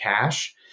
cash